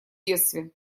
детстве